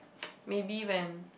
maybe when